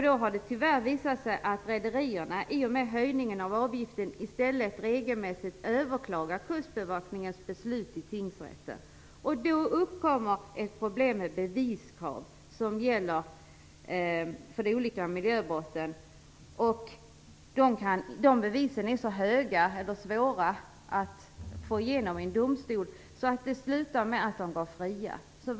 Det har, tyvärr, visat sig att rederierna i och med höjningen av avgiften i stället regelmässigt överklagar kustbevakningens beslut i tingsrätten. Då uppkommer problemet med de beviskrav som gäller för olika miljöbrott. Bevisen är så svåra att få igenom i en domstol att det slutar med att förorenarna går fria.